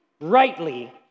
rightly